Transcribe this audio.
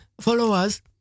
followers